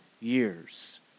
years